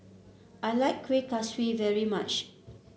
I like Kuih Kaswi very much